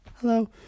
Hello